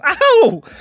Ow